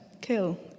kill